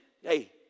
hey